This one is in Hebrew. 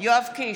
יואב קיש,